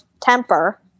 temper